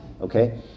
okay